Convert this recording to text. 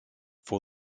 for